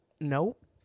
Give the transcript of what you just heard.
nope